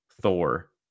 Thor